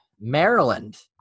Maryland